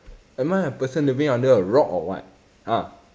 am I a person living under a rock or what ah